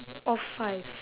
or five